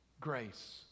Grace